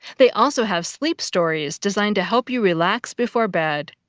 they also have sleep stories designed to help you relax before bed.